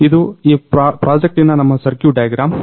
ಇದು ಈ ಪ್ರಾಜೆಕ್ಟಿನ ನಮ್ಮ ಸರ್ಕ್ಯುಟ್ ಡೈಗ್ರಾಮ್